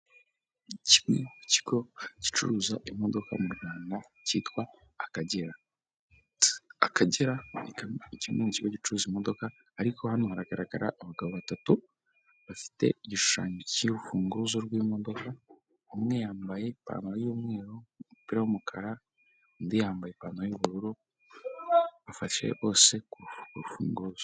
Kimwe mu kigo gicuruza imodoka mu Rwanda cyitwa Akagera. Akagera ni kimwe mu kigo gicuruza imodoka, ariko hano haragaragara abagabo batatu bafite igishushushanyo cy'urufunguzo rw'imodoka, umwe yambaye ipantaro y'umweru n'umupira w'umukara, undi yambaye ipantaro y'ubururu, bafashe bose ku rufunguzo.